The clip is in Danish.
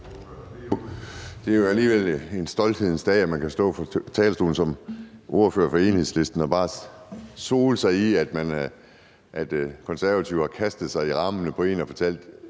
Det er jo alligevel en stolthedens dag, at man kan stå på talerstolen som ordfører for Enhedslisten og bare sole sig i, at Konservative har kastet sig i armene på en og sagt,